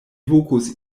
vokis